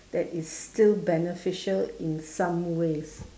that is still beneficial in some ways